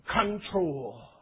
control